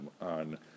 on